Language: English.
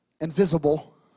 invisible